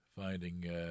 Finding